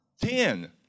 Ten